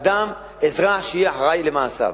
אדם, אזרח, שיהיה אחראי למעשיו.